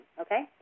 okay